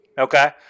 Okay